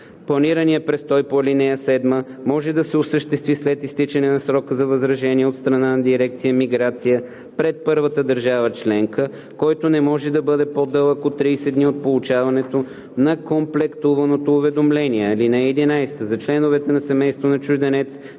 Планираният престой по ал. 7 може да се осъществи след изтичане на срока за възражение от страна на дирекция „Миграция“ пред първата държава членка, който не може да бъде по-дълъг от 30 дни от получаване на комплектуваното уведомление. (11) За членовете на семейството на чужденец,